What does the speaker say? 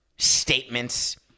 statements